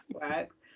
works